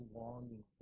longing